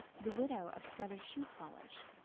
the widow of struthers's shoe-polish,